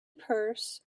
purse